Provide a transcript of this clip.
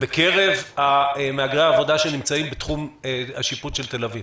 בקרב מהגרי העבודה שנמצאים בתחום השיפוט של תל אביב.